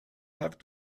have